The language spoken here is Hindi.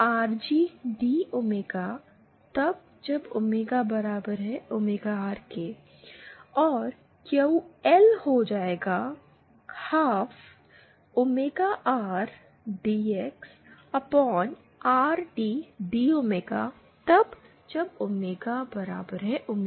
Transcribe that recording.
r QL 1 r dX2 RT d